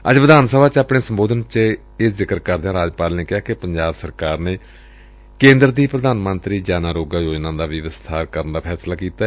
ਅੱਜ ਵਿਧਾਨ ਸਭਾ ਚ ਆਪਣੇ ਸੰਬੋਧਨ ਚ ਇਹ ਦਾ ਜ਼ਿਕਰ ਕਰਦਿਆਂ ਰਾਜਪਾਲ ਨੇ ਕਿਹਾ ਕਿ ਪੰਜਾਬ ਸਰਕਾਰ ਨੇ ਕੇਂਦਰ ਦੀ ਪ੍ਰਧਾਨ ਮੰਤਰੀ ਜਨ ਆਰੋਗਿਆ ਯੋਜਨਾ ਦਾ ਵੀ ਵਿਸਬਾਰ ਕਰਨ ਦਾ ਫੈਸਲਾ ਕੀਤੈ